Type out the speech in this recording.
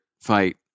fight